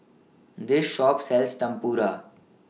This Shop sells Tempura